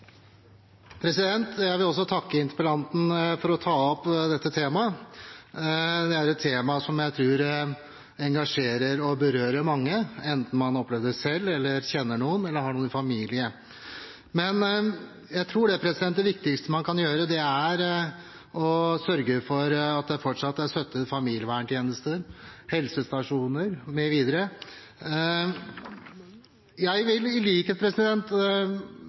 framtiden. Jeg vil også takke interpellanten for å ta opp dette temaet. Det er et tema som jeg tror engasjerer og berører mange, enten man har opplevd det selv, kjenner noen eller har noen i familien. Jeg tror det viktigste man kan gjøre, er å sørge for fortsatt støtte til familieverntjenesten, helsestasjoner mv. Jeg vil